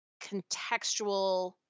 contextual